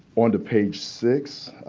on to page six,